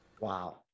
Wow